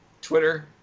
Twitter